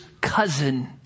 cousin